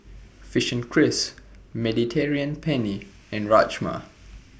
Fishing Cris Mediterranean Penne and Rajma